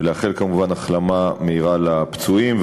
ולאחל, כמובן, החלמה מהירה לפצועים.